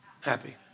happy